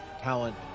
talent